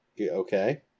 Okay